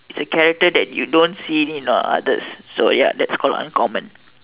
the character that you don't see in on others so ya that's called uncommon